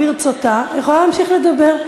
ברצותה יכולה להמשיך לדבר.